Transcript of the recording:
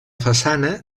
façana